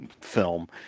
film